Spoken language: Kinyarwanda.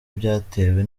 byatewe